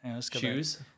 Choose